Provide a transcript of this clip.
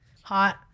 Hot